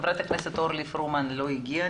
חברת הכנסת אורלי פרומן לא הגיעה,